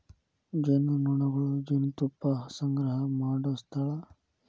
ಜೇನುನೊಣಗಳು ಜೇನುತುಪ್ಪಾ ಸಂಗ್ರಹಾ ಮಾಡು ಸ್ಥಳಾ